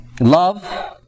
Love